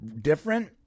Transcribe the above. different